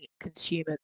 consumer